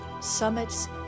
summits